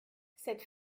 cette